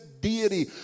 deity